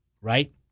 right